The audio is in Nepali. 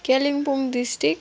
कालिम्पोङ डिस्ट्रिक्ट